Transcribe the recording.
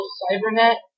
cybernet